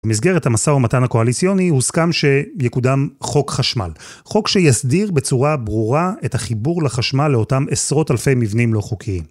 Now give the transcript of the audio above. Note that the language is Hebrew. במסגרת המסע ומתן הקואליציוני הוסכם שיקודם חוק חשמל. חוק שיסדיר בצורה ברורה את החיבור לחשמל לאותם עשרות אלפי מבנים לא חוקיים.